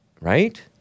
Right